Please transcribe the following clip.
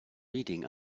reading